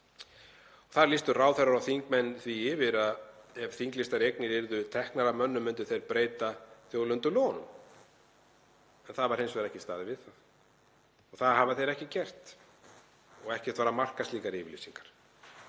Þar lýstu ráðherrar og þingmenn því yfir að ef þinglýstar eignir yrðu teknar af mönnum myndu þeir breyta þjóðlendulögunum. Það var hins vegar ekki staðið við það og það hafa þeir ekki gert og ekkert var að marka slíkar yfirlýsingar.